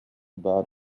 about